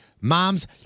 mom's